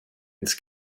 ins